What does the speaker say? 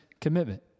commitment